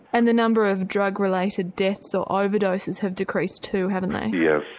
and the number of drug related deaths or overdoses have decreased too haven't yeah